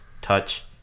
touch